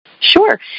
Sure